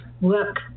work